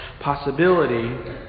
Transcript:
possibility